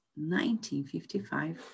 1955